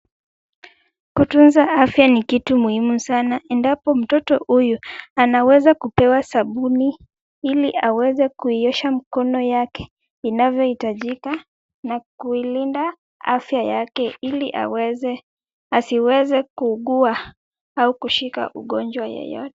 Kutunza afya ni kitu muhimu sana endapo mtoto huyu anaweza kupewa sabuni ili aweze kuiosha mikono yake inavyohitajika ,na kuilinda afya yake ili aweze asiweze kuugua au kushika ugonjwa yeyote.